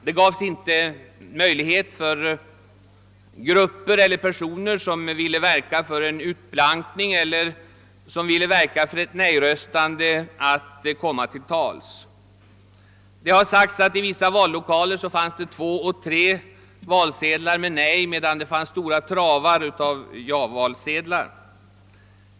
Det gavs inte möjlighet för grupper eller personer, som ville verka för en utblankning eller ett nejröstande, att komma till tals. Det har sagts att i vissa vallokaler fanns två—tre nej-valsedlar men stora travar med ja-valsedlar.